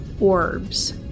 orbs